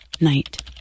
night